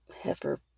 heifer